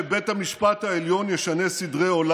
יש לך כתבי אישום.